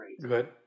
good